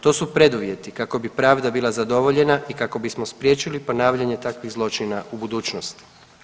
To su preduvjeti kako bi pravda bila zadovoljena i kako bismo spriječili ponavljanje takvih zločina u budućnosti.